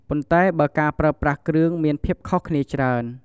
ប៉ុន្តែបើការប្រើប្រាស់គ្រឿងមានភាពខុសគ្នាច្រើន។